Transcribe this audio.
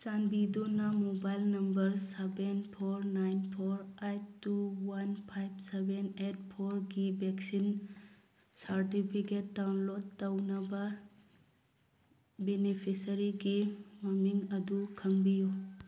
ꯆꯥꯟꯕꯤꯗꯨꯅ mobile number seven four nine four eight two one five seven eight four ꯒꯤ vaccine certificate download ꯇꯧꯅꯕ ꯕꯦꯅꯤꯐꯤꯁꯔꯤꯒꯤ ꯃꯃꯤꯡ ꯑꯗꯨ ꯈꯪꯕꯤꯌꯨ